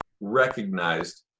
recognized